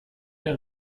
der